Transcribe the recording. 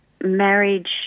marriage